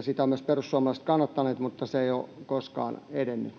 Sitä ovat myös perussuomalaiset kannattaneet, mutta se ei ole koskaan edennyt.